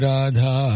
Radha